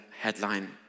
headline